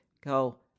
Go